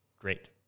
great